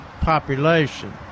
population